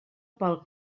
pel